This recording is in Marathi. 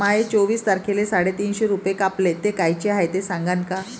माये चोवीस तारखेले साडेतीनशे रूपे कापले, ते कायचे हाय ते सांगान का?